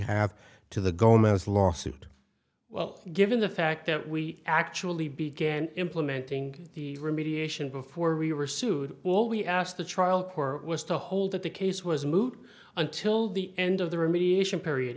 have to the gomez lawsuit well given the fact that we actually began implementing remediation before we were sued well we asked the trial court was to hold that the case was moot until the end of the remediation period